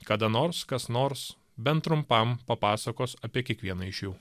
kada nors kas nors bent trumpam papasakos apie kiekvieną iš jų